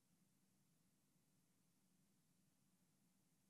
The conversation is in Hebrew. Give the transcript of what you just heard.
10:00 ל-16:00.